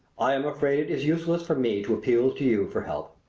i am afraid it is useless for me to appeal to you for help.